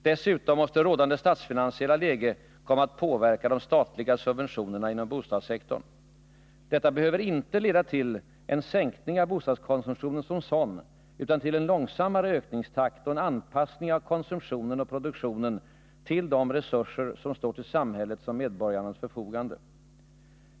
Dessutom måste rådande statsfinansiella läge komma att påverka de statliga subventionerna inom bostadssektorn. Detta behöver inte leda till en sänkning av bostadskonsumtionen som sådan utan till en långsammare ökningstakt och en anpassning av konsumtionen och produktionen till de resurser som står till samhällets och medborgarnas förfogande.